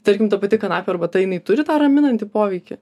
tarkim ta pati kanapių arbata jinai turi tą raminantį poveikį